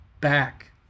back